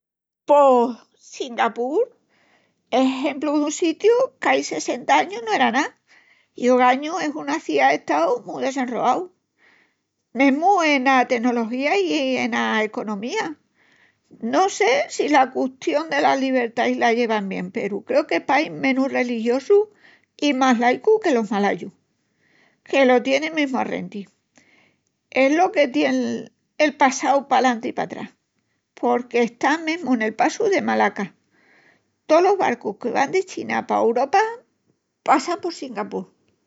Pos Singapur es exempru dun sitiu qu'ai sessenta añus no era ná i ogañu es una ciá-estau mu desenroau, mesmu ena tenología i ena economía. No sé si la custión delas libertais la llevan bien peru creu que es país menus religiosu o más laicu que los malayus, que los tienin mesmu a renti. Es lo que tien el passu palantri i patrás, porque están mesmu nel passu de Malaca. Tolos barcus que van de China pa Uropa passan por Singapur.